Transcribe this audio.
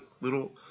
little